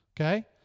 okay